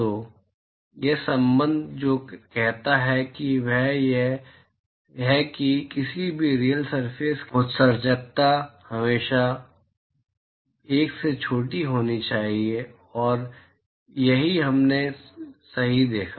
तो यह संबंध जो कहता है वह यह है कि किसी भी रीयल सरफेस की उत्सर्जकता हमेशा 1 से छोटी होनी चाहिए और यही हमने सही देखा